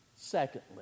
Secondly